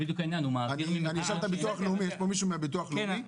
יש פה מישהו מהביטוח הלאומי?